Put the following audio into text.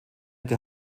der